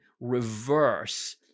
reverse